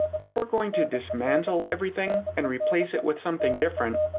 if we are going to dismantle everything and replace it with something different,